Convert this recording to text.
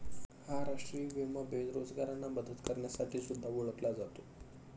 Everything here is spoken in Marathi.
हा राष्ट्रीय विमा बेरोजगारांना मदत करण्यासाठी सुद्धा ओळखला जातो